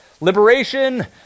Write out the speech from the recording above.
liberation